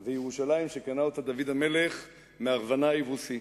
וירושלים, שקנה אותה דוד המלך מארוונה היבוסי.